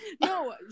No